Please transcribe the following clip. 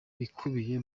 bikubiye